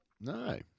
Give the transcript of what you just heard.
No